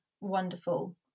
wonderful